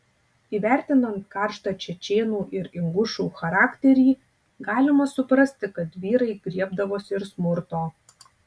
įvertinant karštą čečėnų ir ingušų charakterį galima suprasti kad vyrai griebdavosi ir smurto